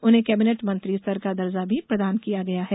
उन्हें केबिनेट मंत्री स्तर का दर्जा भी प्रदान किया गया है